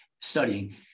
studying